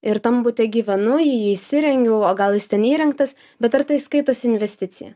ir tam bute gyvenu jį įsirengiu o gal jis ten įrengtas bet ar tai skaitosi investicija